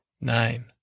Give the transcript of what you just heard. nine